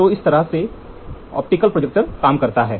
तो इस तरह से ऑप्टिकल प्रोजेक्टर काम करता है